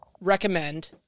recommend